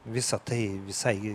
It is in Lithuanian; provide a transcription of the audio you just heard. visa tai visai